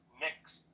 next